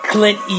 Clint